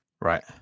right